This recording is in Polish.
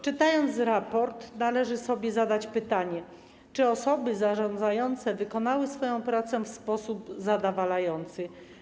Czytając raport, należy sobie zadać pytanie: Czy osoby zarządzające wykonały swoją pracę w sposób zadowalający?